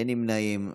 אין נמנעים.